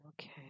Okay